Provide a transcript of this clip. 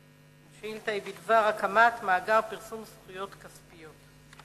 השאילתא היא בדבר הקמת מאגר פרסום זכויות כספיות.